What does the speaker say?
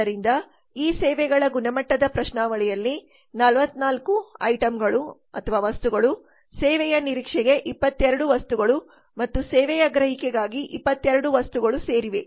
ಆದ್ದರಿಂದ ಈ ಸೇವೆಗಳ ಗುಣಮಟ್ಟದ ಪ್ರಶ್ನಾವಳಿಯಲ್ಲಿ 44 ವಸ್ತುಗಳು ಸೇವೆಗಳ ನಿರೀಕ್ಷೆಗೆ 22 ವಸ್ತುಗಳು ಮತ್ತು ಸೇವೆಯ ಗ್ರಹಿಕೆಗಾಗಿ 22 ವಸ್ತುಗಳು ಸೇರಿವೆ